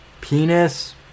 penis